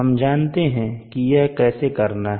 हम जानते हैं कि यह कैसे करना है